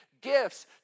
gifts